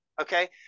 Okay